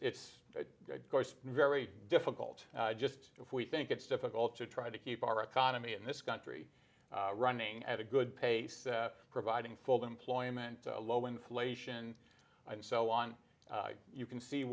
it's very difficult just to if we think it's difficult to try to keep our economy in this country running at a good pace providing full employment low inflation and so on you can see